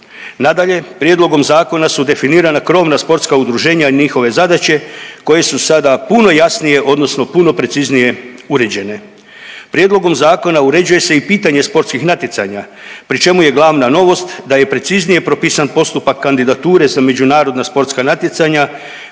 Nadalje, prijedlogom zakona su definirana krovna sportska udruženja i njihove zadaće koje su sada puno jasnije odnosno puno preciznije uređene. Prijedlogom zakona uređuje se i pitanje sportskih natjecanja pri čemu je glavna novost da je preciznije propisan postupak kandidature za međunarodna sportska natjecanja